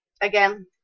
again